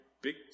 big